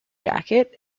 jacket